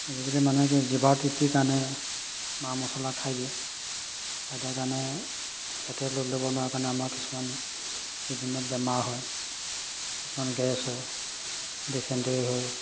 আজিকালি মানে কি জিভাৰ তৃপ্তিৰ কাৰণে মা মছলা খাই দিয়ে খাই দিয়াৰ কাৰণে পেটে ল'ড ল'ব নোৱাৰা কাৰণে আমাৰ কিছুমান বিভিন্ন বেমাৰ হয় কিছুমান গেছ হয় ডিচেণ্টেৰী হয়